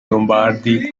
lombardi